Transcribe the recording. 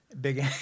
Big